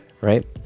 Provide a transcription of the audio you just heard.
right